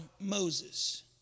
Moses